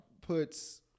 puts